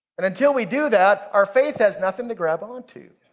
and until we do that, our faith has nothing to grab on to.